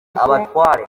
abatware